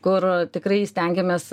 kur tikrai stengiamės